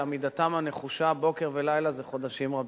עמידתם הנחושה בוקר ולילה זה חודשים רבים.